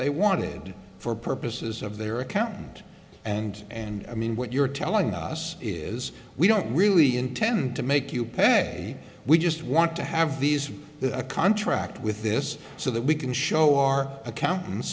they wanted for purposes of their accountant and and i mean what you're telling us is we don't really intend to make you pay we just want to have these a contract with this so that we can show our